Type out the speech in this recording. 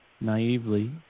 naively